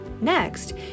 Next